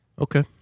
Okay